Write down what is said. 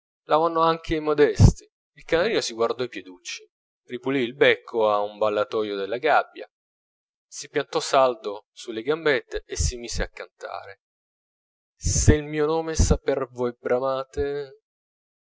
vonno anche i modesti il canarino si guardò i pieducci ripulì il becco a un ballatoio della gabbia si piantò saldo sulle gambette e si mise a cantare se il mio nome saper voi bramate